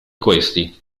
questi